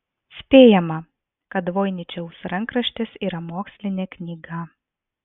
spėjama kad voiničiaus rankraštis yra mokslinė knyga